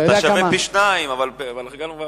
אתה שווה פי-שניים, אבל הגענו כבר